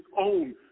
own